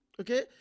okay